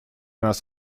нас